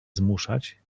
zmuszać